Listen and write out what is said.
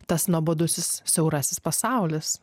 tas nuobodusis siaurasis pasaulis